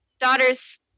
daughter's